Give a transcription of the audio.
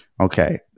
Okay